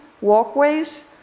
walkways